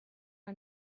are